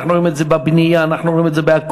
אנחנו רואים את זה בבנייה, רואים את זה בהכול.